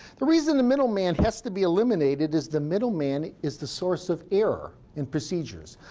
the reason the middle man has to be eliminated is the middle man is the source of error in procedures.